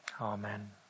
Amen